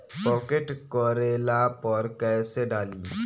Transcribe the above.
Pocket करेला पर कैसे डाली?